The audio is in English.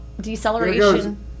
deceleration